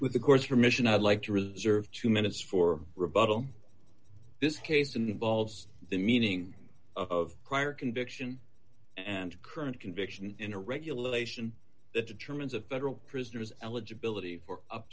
with the course for mission i'd like to reserve two minutes for rebuttal this case involves the meaning of prior conviction and current conviction in a regulation that determines of federal prisoners eligibility for up